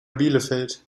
bielefeld